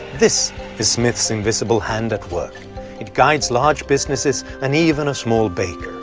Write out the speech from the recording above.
this is smith's invisible hand at work it guides large businesses and even a small baker.